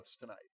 tonight